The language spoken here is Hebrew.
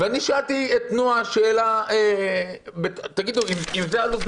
ושאלתי למה אם זה הלו"ז,